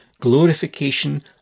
glorification